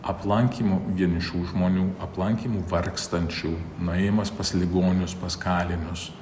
aplankymu vienišų žmonių aplankymu vargstančių nuėjimas pas ligonius pas kalinius